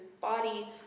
body